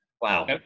Wow